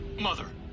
Mother